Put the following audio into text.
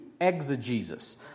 exegesis